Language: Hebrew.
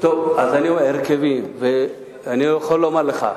אני יכול לומר לך,